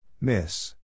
Miss